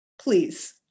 please